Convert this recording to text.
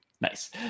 Nice